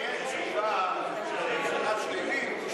אם תהיה תשובה שלילית של הממשלה,